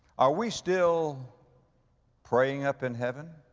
are we still praying up in heaven?